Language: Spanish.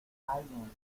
alguien